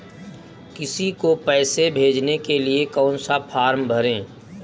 किसी को पैसे भेजने के लिए कौन सा फॉर्म भरें?